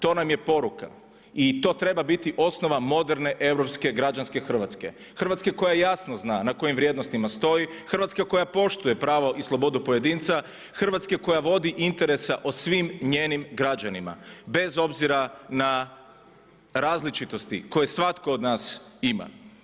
To nam je poruka i to treba biti osnova moderne europske građanske Hrvatske, Hrvatske koja jasno zna na kojim vrijednostima stoji, Hrvatske koja poštuje pravo i slobodu pojedinca, Hrvatske koja vodi interesa o svim njenim građanima bez obzira na različitosti koje svatko od nas ima.